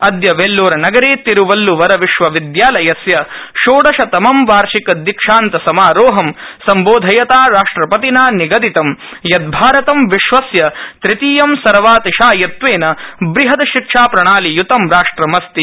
अद्य वेल्लोरनगरे तिरुवल्लुवरविश्वविदयालयस्य षोडशतमं वार्षिकदीक्षांतसमारोहं संबोधयता राष्ट्रपतिना निगदितं यत् भारतं विश्वस्य तृतीयं सर्वातिशायित्वेन बृहद् शिक्षाप्रणालीय्तं राष्ट्रमस्ति